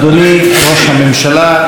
אדוני ראש הממשלה,